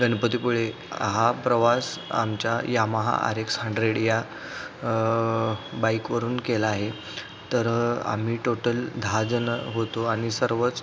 गणपतीपुळे हा प्रवास आमच्या यामाहा आर एक्स हंड्रेड या बाईकवरून केला आहे तर आम्ही टोटल दहाजण होतो आणि सर्वच